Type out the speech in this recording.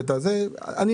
בשביל משרד הבריאות,